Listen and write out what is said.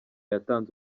yatanze